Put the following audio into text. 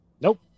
Nope